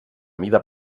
mida